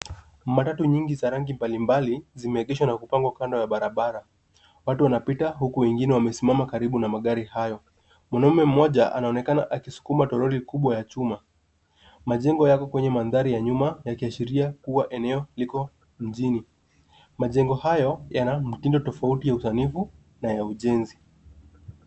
Matatu nyingi za rangi mbalimbali zimeegeshwa na kupangwa kando ya barabara. Watu wanapita huku wengine wakiwa wamesimama karibu na magari hayo. Mwanaume mmoja anaonekana akisukuma toroli kubwa ya chuma. Majengo yako kwenye mandhari ya nyuma yakiashiria kuwa eneo liko mjini. Majengo hayo yana mtindo tofauti ya usanifu na ya ujenzi.